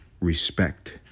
respect